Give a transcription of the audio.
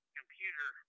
computer